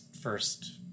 first